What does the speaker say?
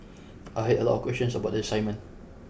I had a lot questions about the assignment